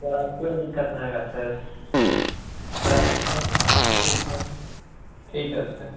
sir अब कोई दिक्कत नहीं होगा सर सर आपको ठीक है सर